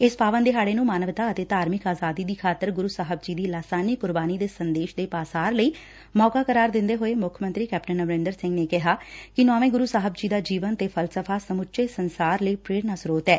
ਇਸ ਪਾਵਨ ਦਿਹਾੜੇ ਨੂੰ ਮਾਨਵਤਾ ਅਤੇ ਧਾਰਮਿਕ ਆਜਾਦੀ ਦੀ ਖਾਤਰ ਗੁਰੂ ਸਾਹਿਬ ਜੀ ਦੀ ਲਾਸਾਨੀ ਕੁਰਬਾਨੀ ਦੇ ਸੰਦੇਸ਼ ਦੇ ਪਾਸਾਰ ਲਈ ਮੌਕਾ ਕਰਾਰ ਦਿੰਦੇ ਹੋਏ ਮੁੱਖ ਮੰਤਰੀ ਨੇ ਕਿੱਹਾ ਕਿ ਨੌਵੇਂ ਗੁਰੁ ਸਾਹਿਬ ਜੀ ਦਾ ਜੀਵਨ ਤੇ ਫਲਸਫ਼ਾ ਸਮੁੱਚੇ ਸੰਸਾਰ ਲਈ ਪੇਰਨਾ ਦਾ ਸਰੋਤ ਏ